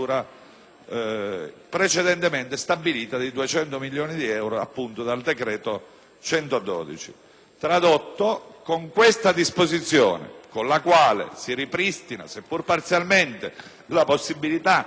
precedentemente stabilita dei 200 milioni di euro dal decreto-legge n. 112. Tradotto: con questa disposizione, con la quale si ripristina - seppure parzialmente - la possibilità